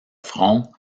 front